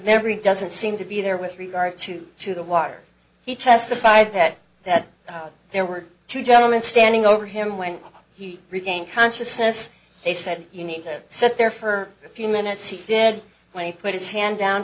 memory doesn't seem to be there with regard to to the water he testified that that there were two gentlemen standing over him when he regained consciousness they said you need to sit there for a few minutes he did when he put his hand down